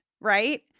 right